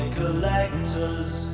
collectors